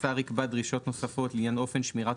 "השר יקבע דרישות נוספות לעניין אופן שמירת